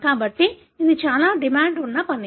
కాబట్టి ఇది చాలా డిమాండ్ ఉన్న పని